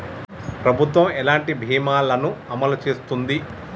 ప్రభుత్వం ఎలాంటి బీమా ల ను అమలు చేస్తుంది?